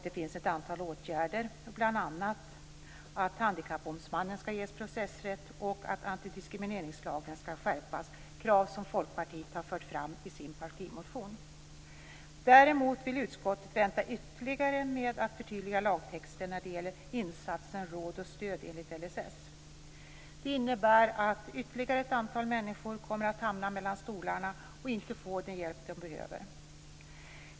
Det föreslås ett antal åtgärder, bl.a. att Handikappombudsmannen skall ges processrätt och att antidiskrimineringslagen skall skärpas. Det är krav som Folkpartiet har fört fram i sin partimotion. Däremot vill utskottet vänta ytterligare med att förtydliga lagtexten när det gäller insatsen råd och stöd enligt LSS. Det innebär att ytterligare ett antal människor kommer att hamna mellan stolarna och inte få den hjälp som de behöver.